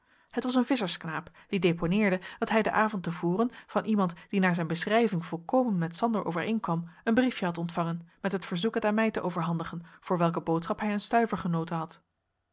het was een visschersknaap die deponeerde dat hij den avend te voren van iemand die naar zijn beschrijving volkomen met sander overeenkwam een briefje had ontvangen met verzoek het aan mij te overhandigen voor welke boodschap hij een stuiver genoten had